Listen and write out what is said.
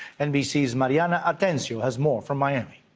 nbc's mariana atencio has more from miami.